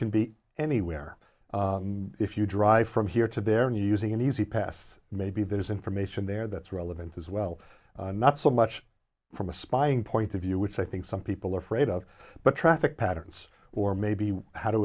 can be anywhere if you drive from here to there and using an e z pass maybe there's information there that's relevant as well not so much from a spying point of view which i think some people are afraid of but traffic patterns or maybe how to